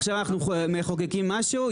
עכשיו אנחנו מחוקקים משהו.